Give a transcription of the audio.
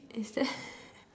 is that